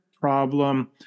problem